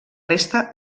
resta